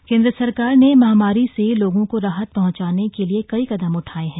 महामारी केन्द्र सरकार ने महामारी से लोगों को राहत पहुंचाने के लिए कई कदम उठाये हैं